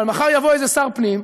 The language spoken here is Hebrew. אבל מחר יבוא איזה שר פנים,